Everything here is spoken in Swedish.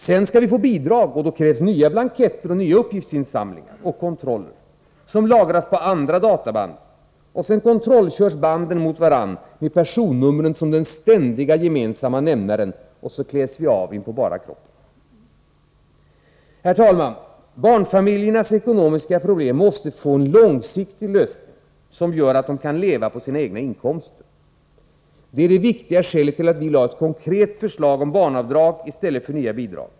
Sedan skall vi få bidrag och då krävs nya blanketter och nya uppgiftsinsamlingar och kontroller, som lagras på andra databand, och sedan kontrollkörs databanden mot varandra med personnumren som den ständiga gemensamma nämnaren. Så kläs vi av inpå bara kroppen. Fru talman! Barnfamiljernas ekonomiska problem måste få en långsiktig lösning, som gör att de kan leva på sina egna inkomster. Detta är det viktiga skälet till att vi lade ett konkret förslag om barnavdrag i stället för nya bidrag.